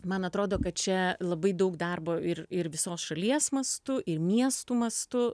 man atrodo kad čia labai daug darbo ir ir visos šalies mastu ir miestų mastu